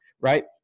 right